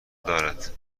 دارد